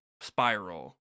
spiral